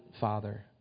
Father